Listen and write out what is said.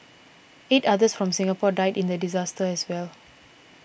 eight others from Singapore died in the disaster as well